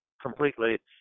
completely